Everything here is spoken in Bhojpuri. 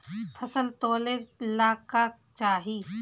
फसल तौले ला का चाही?